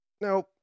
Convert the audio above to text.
Now